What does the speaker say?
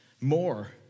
more